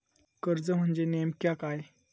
कर्ज म्हणजे नेमक्या काय?